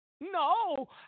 No